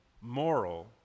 moral